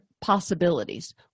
possibilities